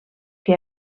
que